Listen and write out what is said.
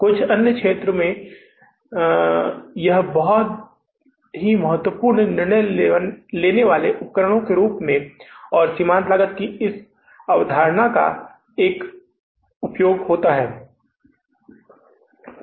कुछ अन्य क्षेत्रों में एक बहुत बहुत महत्वपूर्ण निर्णय लेने वाले उपकरण के रूप में और सीमांत लागत की इस अवधारणा के अन्य अनुप्रयोग क्या हैं